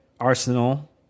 Arsenal